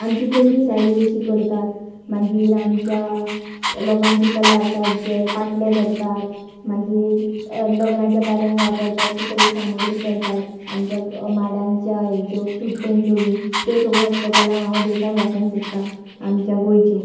आमची कुणबी साडी जशी करतात मागीर आमच्या लोकांची कला आसा जे पांटले करतात मागीर लग्नाच्या कार्यांक वापरतात तीं सगळीं सामुग्री करतात आमच्या माडांच्या हेच्यो चुड्टेंच्यो बीन त्यो सगळ्यो वस्तूकला हांव देशाक दाखोवंक सोदतां आमच्या गोंयच्यो